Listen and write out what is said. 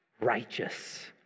righteous